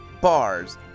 bars